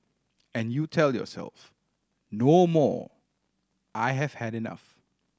and you tell yourself no more I have had enough